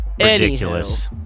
Ridiculous